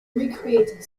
recreated